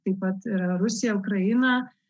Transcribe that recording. taip pat yra rusija ukraina